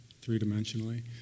three-dimensionally